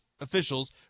officials